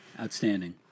Outstanding